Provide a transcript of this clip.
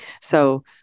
So-